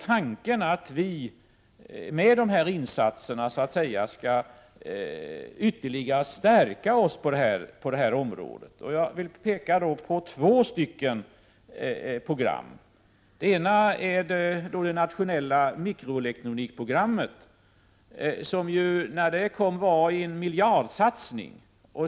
Tanken är att vi med dessa insatser skall stärka Sverige ytterligare på detta område. Jag vill peka på två sådana program. Det ena är det nationella mikroelektronikprogrammet, som när det kom var en miljardsatsning.